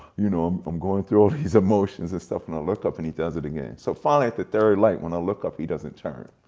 you know um i'm going through all these emotions and stuff, and i look up and he does it again. so finally, at the third light when i look up he doesn't turn.